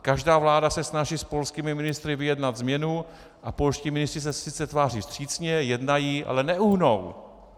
Každá vláda se snaží s polskými ministry vyjednat změnu a polští ministři se sice tváří vstřícně, jednají, ale neuhnou.